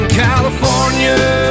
california